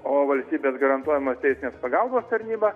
o valstybės garantuojamos teisinės pagalbos tarnyba